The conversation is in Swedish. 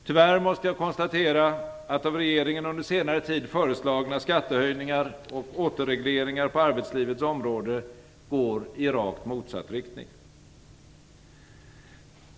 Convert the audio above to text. Tyvärr måste jag konstatera att av regeringen under senare tid föreslagna skattehöjningar och återregleringar på arbetslivets område går i rakt motsatt riktning.